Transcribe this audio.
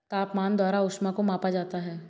तापमान द्वारा ऊष्मा को मापा जाता है